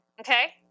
Okay